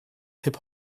hip